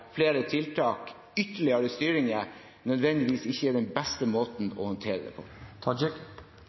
tiltak – ytterligere styring – nødvendigvis ikke er den beste måten å håndtere det